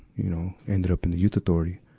you know, ended up in the youth authority.